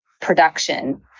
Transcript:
production